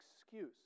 excuse